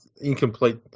incomplete